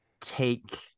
take